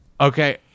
Okay